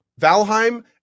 Valheim